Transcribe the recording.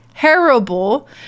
terrible